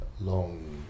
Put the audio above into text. long